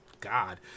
God